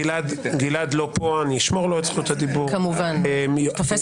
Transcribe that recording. פשוט לא משכנעת.